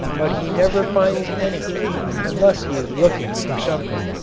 but he never finds anything unless he is looking for something.